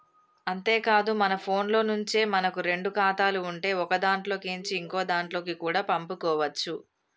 అంతేకాదు మన ఫోన్లో నుంచే మనకు రెండు ఖాతాలు ఉంటే ఒకదాంట్లో కేంచి ఇంకోదాంట్లకి కూడా పంపుకోవచ్చు